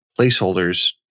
placeholders